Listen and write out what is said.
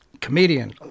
comedian